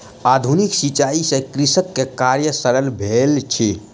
आधुनिक सिचाई से कृषक के कार्य सरल भेल अछि